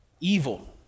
evil